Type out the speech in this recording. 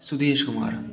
Sudesh Kumar